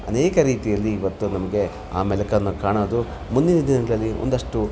ಅನೇಕ ರೀತಿಯಲ್ಲಿ ಇವತ್ತು ನಮಗೆ ಆಮೇಲೆ ಕಣ್ಣಿಗೆ ಕಾಣೋದು ಮುಂದಿನ ದಿನದಲ್ಲಿ ಒಂದಷ್ಟು